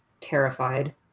terrified